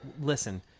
Listen